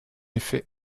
effet